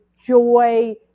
joy